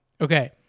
okay